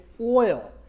oil